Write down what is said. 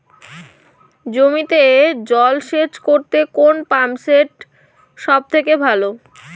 জমিতে জল সেচ করতে কোন পাম্প সেট সব থেকে ভালো?